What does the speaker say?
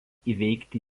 įveikti